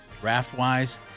draft-wise